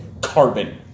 carbon